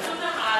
רויטל סויד.